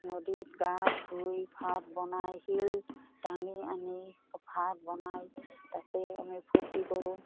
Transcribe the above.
নদীত গা ধুই ভাত বনাই শিল দাঙি আনি ভাত বনাই তাতে আমি ফূৰ্তি কৰোঁ